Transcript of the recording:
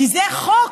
כי זה חוק